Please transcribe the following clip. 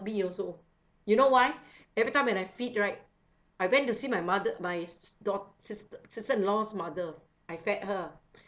me also you know why every time when I feed right I went to see my mother my s~ daugh~ sis~ sister-in-law's mother I fed her